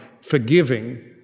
forgiving